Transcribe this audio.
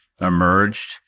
emerged